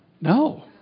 No